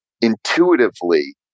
intuitively